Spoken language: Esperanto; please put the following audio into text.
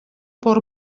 por